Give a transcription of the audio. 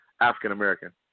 African-American